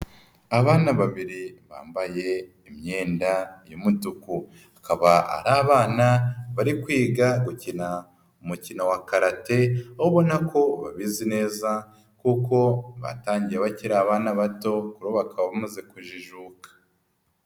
Abana babiri bambaye imyenda y'umutuku. Bakaba ari abana bari kwiga gukina umukino wa karate, aho ubona ko babizi neza kuko batangiye bakiri abana bato bakaba bamaze kujijuka.